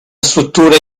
struttura